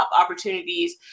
opportunities